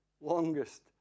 longest